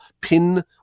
pin